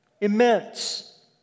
immense